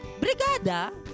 brigada